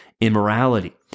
immorality